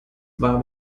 war